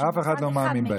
אף אחד לא מאמין בהם.